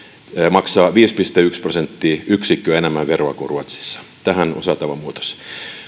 maksaa viisi pilkku yksi prosenttiyksikköä enemmän veroa kuin ruotsissa tähän on saatava muutos